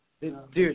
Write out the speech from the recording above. Dude